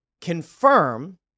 confirm